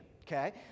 okay